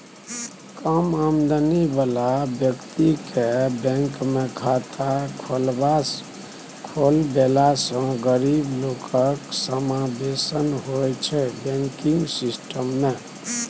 कम आमदनी बला बेकतीकेँ बैंकमे खाता खोलबेलासँ गरीब लोकक समाबेशन होइ छै बैंकिंग सिस्टम मे